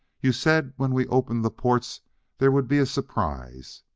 you said when we opened the ports there would be a surprise!